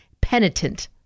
penitent